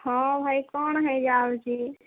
ହଁ ଭାଇ କଣ ହେଇଯାଉଛି